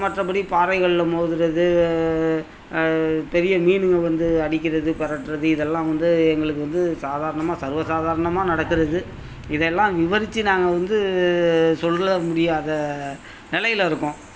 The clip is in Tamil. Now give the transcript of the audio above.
மற்றப்படி பாறைகளில் மோதுறது பெரிய மீனுங்க வந்து அடிக்கிறது பிறட்டுறது இதெல்லாம் வந்து எங்களுக்கு வந்து சாதாரணமாக சர்வ சாதாரணமாக நடக்குறது இதையெல்லாம் விவரிச்சு நாங்கள் வந்து சொல்ல முடியாத நிலையில இருக்கோம்